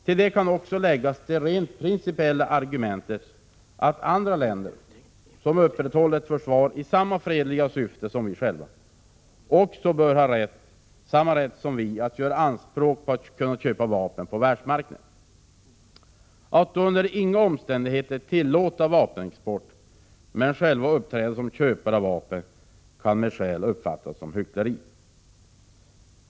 Till detta kan läggas det rent principiella argumentet att andra länder, som upprätthåller ett försvar i samma fredliga syfte som vi själva, också bör ha samma rätt som vi att göra anspråk på att kunna köpa vapen på världsmarknaden. Att under inga omständigheter tillåta vapenexport men själva uppträda som köpare av vapen kan med skäl uppfattas som hyckleri.